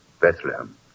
Bethlehem